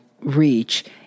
reach